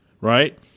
right